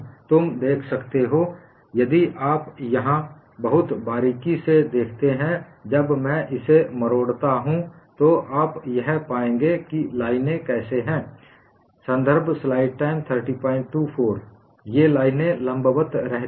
तुम देख सकते हो यदि आप यहाँ बहुत बारीकी से देखते हैं जब मैं इसे मोड़ता हूं तो आप यह पाएंगे कि लाइनें कैसे हैं वे लाइनें लंबवत रहती हैं